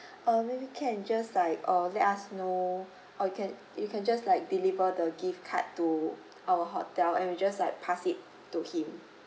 or maybe you can just like err let us know or you can you can just like deliver the gift card to our hotel and we just like pass it to him